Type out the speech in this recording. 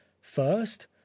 First